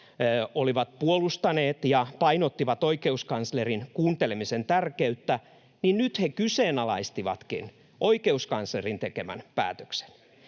olivat puolustaneet ja painottivat oikeuskanslerin kuuntelemisen tärkeyttä, kyseenalaistivatkin nyt oikeuskanslerin tekemän päätöksen.